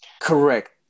correct